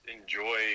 enjoy